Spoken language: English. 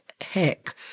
heck